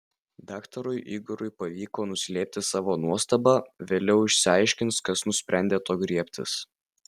daktarui igorui pavyko nuslėpti savo nuostabą vėliau išsiaiškins kas nusprendė to griebtis